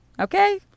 Okay